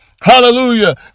Hallelujah